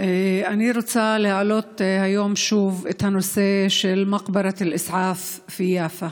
אני רוצה להעלות היום שוב את הנושא של (אומרת בערבית ומתרגמת:)